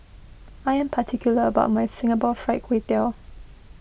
I am particular about my Singapore Fried Kway Tiao